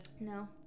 No